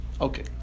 Okay